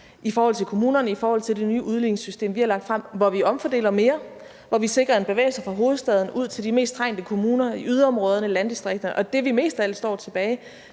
i forhold til kommunerne med det nye udligningssystem. Vi har lagt frem, hvor vi omfordeler mere, hvor vi sikrer en bevægelse fra hovedstaden ud til de mest trængte kommuner i yderområderne, i landdistrikterne. Og det, vi mest af alt står tilbage